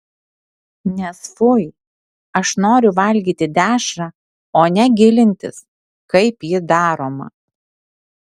nes fui aš noriu valgyti dešrą o ne gilintis kaip ji daroma